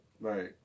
Right